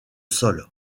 sol